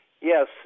Yes